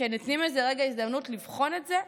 שנותנים רגע הזדמנות לבחון את זה,